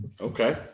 Okay